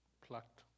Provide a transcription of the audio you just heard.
plucked